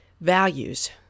Values